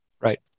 Right